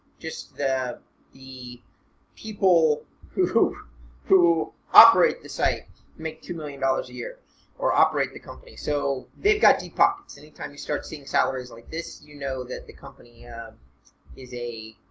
just the the people who who operate the site make two million dollars a year or operate the company. so they've got deep pockets any time you start seeing salaries like this. you know that the company is a